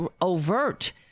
overt